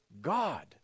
God